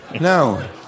No